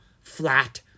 Flat